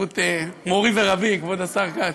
ובזכות מורי ורבי כבוד השר כץ.